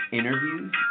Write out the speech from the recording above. interviews